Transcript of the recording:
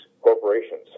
corporations